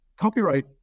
copyright